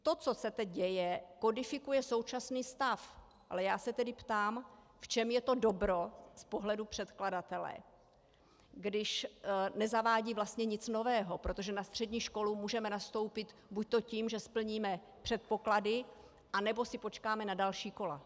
To, co se teď děje, kodifikuje současný stav, ale já se tedy ptám, v čem je to dobro z pohledu předkladatele, když nezavádí vlastně nic nového, protože na střední školu můžeme nastoupit buďto tím, že splníme předpoklady, anebo si počkáme na další kola.